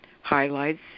highlights